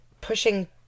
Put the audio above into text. pushing